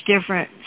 different